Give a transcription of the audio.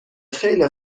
خیلی